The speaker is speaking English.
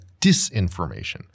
disinformation